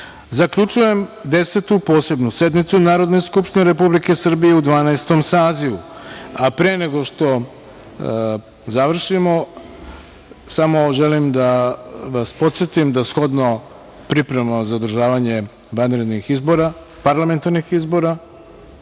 veća. Zaključujem Desetu posebnu sednicu Narodne skupštine Republike Srbije u Dvanaestom sazivu. Pre nego što završimo samo želim da vas podsetim da, shodno pripremama za održavanje vanrednih parlamentarnih izbora